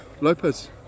Lopez